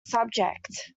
subject